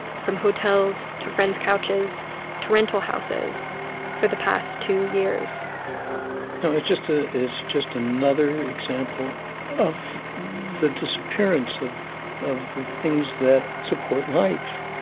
from hotels to friends' couches to rental houses for the past two years no, it's just ah it's just another example of the disappearance of of the things that support life,